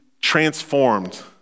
transformed